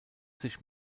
sich